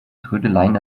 trödeleien